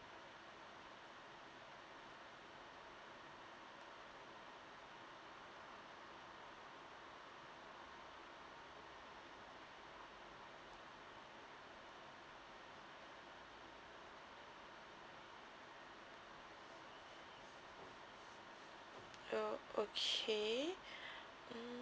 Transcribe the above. oh okay mm